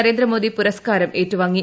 നരേന്ദ്രമോദി പുരസ്ക്കാരം ഏറ്റുവാങ്ങി